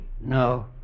No